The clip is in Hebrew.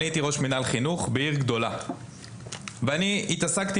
אני הייתי ראש מינהל חינוך בעיר גדולה ואני התעסקתי